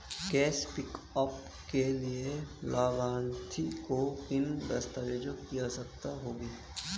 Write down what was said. Cash pickup के लिए लाभार्थी को किन दस्तावेजों की आवश्यकता होगी?